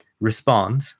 respond